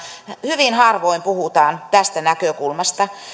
hyvin harvoin puhutaan tästä näkökulmasta